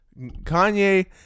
Kanye